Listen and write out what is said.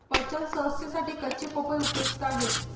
पचन संस्थेसाठी कच्ची पपई उपयुक्त आहे